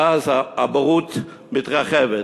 ואז הבורות מתרחבת.